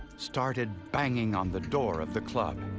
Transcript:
started banging on the door of the club.